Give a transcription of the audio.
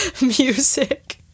music